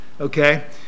Okay